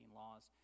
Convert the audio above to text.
laws